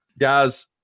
Guys